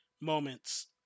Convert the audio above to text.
moments